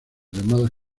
llamadas